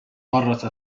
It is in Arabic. مرة